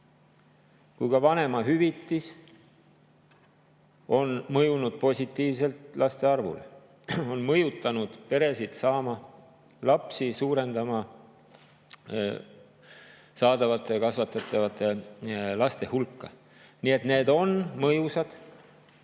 kui ka vanemahüvitis on mõjunud positiivselt laste arvule ja on mõjutanud peresid saama lapsi, suurendama saadavate ja kasvatatavate laste hulka. Nii et need on mõjusad,